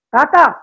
Tata